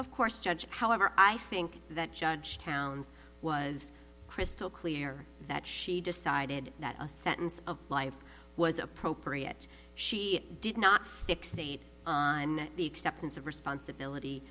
of course judge however i think that judge towns was crystal clear that she decided that a sentence of life was appropriate she did not fixate on the acceptance of responsibility